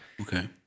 Okay